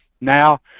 now